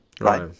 right